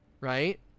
right